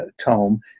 tome